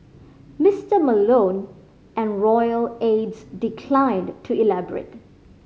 Mister Malone and royal aides declined to elaborate